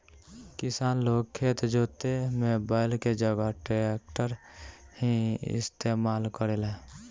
किसान लोग खेत जोते में बैल के जगह ट्रैक्टर ही इस्तेमाल करेला